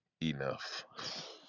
enough